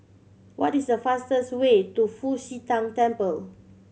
what is the fastest way to Fu Xi Tang Temple